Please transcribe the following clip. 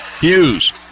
Hughes